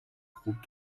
groupe